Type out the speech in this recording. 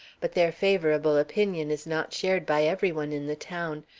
but their favorable opinion is not shared by every one in the town.